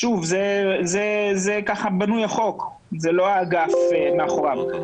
כך בנוי החוק, זה לא האגף מאחוריו.